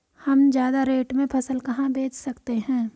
हम ज्यादा रेट में फसल कहाँ बेच सकते हैं?